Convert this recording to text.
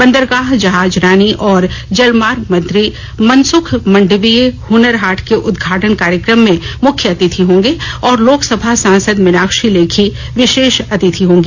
बंदरगाह जहाजरानी और जलमार्ग मंत्री मनसुख मांडविय हुनर हाट के उद्घाटन कार्यक्रम में मुख्य अतिथि होंगे और लोकसभा सांसद मीनाक्षी लेखी विशेष अतिथि होंगी